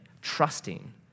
trusting